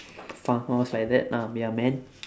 farm host like that lah ya man